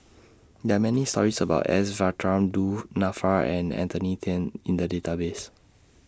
There Are Many stories about S Varathan Du Nanfa and Anthony Then in The Database